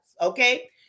Okay